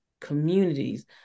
communities